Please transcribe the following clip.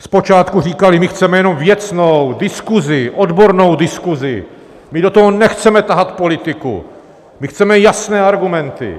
Zpočátku říkali: My chceme jenom věcnou diskuzi, odbornou diskuzi, my do toho nechceme tahat politiku, my chceme jasné argumenty.